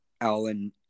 Alan